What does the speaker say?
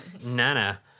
Nana